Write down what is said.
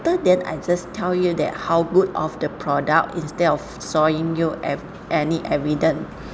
after that I just tell you that how good of the product instead of showing you ev~ any evidence